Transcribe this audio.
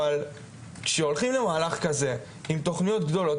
אבל כשהולכים למהלך כזה עם תוכניות גדולות,